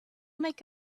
make